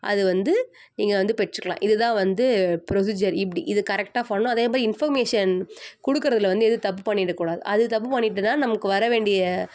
அது வந்து நீங்கள் வந்து பெற்றுக்கலாம் இதுதான் வந்து ப்ரொசீஜர் இப்படி இது கரெக்டாக பண்ணணும் அதே மாதிரி இன்ஃபர்மேஷன் கொடுக்குறதுல வந்து எதுவும் தப்பு பண்ணிடக்கூடாது அது தப்பு பண்ணிட்டோனால் நம்மளுக்கு வரவேண்டிய